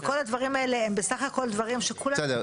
כל הדברים האלה הם בסך הכול דברים שכולם --- בסדר,